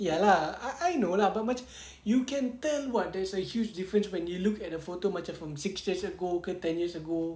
ya lah I I know lah but macam you can tell [what] there's a huge difference when you look at the photo macam from six days ago ke ten years ago